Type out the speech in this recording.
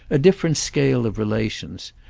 a different scale of relations,